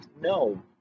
no